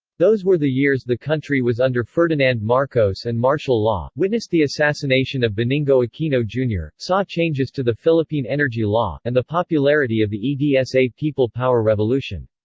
those were the years the country was under ferdinand marcos and martial law, witnessed the assassination of benigno aquino, jr, saw changes to the philippine energy law, and the popularity of the the edsa people power revolution.